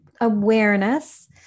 awareness